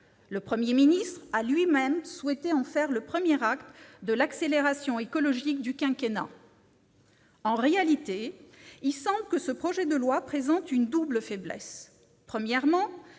Le Premier ministre a lui-même souhaité en faire le premier acte de « l'accélération écologique » du quinquennat. En réalité, il semble que ce projet de loi présente une double faiblesse. Premièrement,